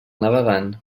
navegant